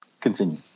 continue